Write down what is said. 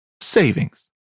savings